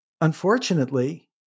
unfortunately